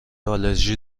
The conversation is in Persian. آلرژی